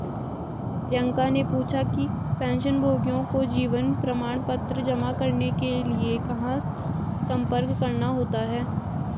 प्रियंका ने पूछा कि पेंशनभोगियों को जीवन प्रमाण पत्र जमा करने के लिए कहाँ संपर्क करना होता है?